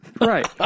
Right